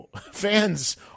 fans